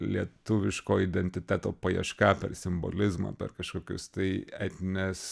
lietuviško identiteto paieška per simbolizmą per kažkokius tai etnines